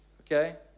okay